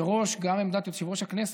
מראש גם עמדת יושב-ראש הכנסת,